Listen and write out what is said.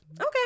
Okay